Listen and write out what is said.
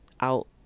out